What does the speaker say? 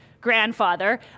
grandfather